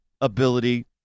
ability